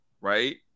Right